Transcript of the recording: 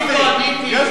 יש לך מה להסתיר.